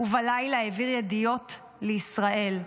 ובלילה העביר ידיעות לישראל.